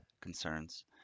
concerns